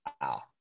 Wow